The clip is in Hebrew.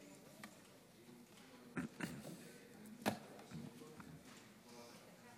יואב